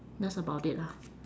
that's about it lah